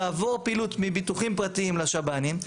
תעבור פעילות מביטוחים פרטיים לשב"נים,